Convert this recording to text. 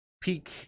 peak